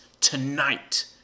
Tonight